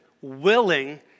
willing